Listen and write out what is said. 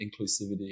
inclusivity